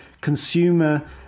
consumer